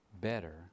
better